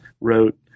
wrote